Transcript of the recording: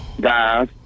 guys